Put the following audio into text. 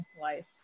life